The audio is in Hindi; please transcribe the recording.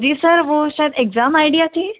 जी सर वो सर एग्जाम आइडिया थी